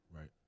Right